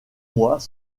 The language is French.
mois